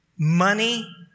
Money